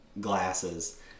glasses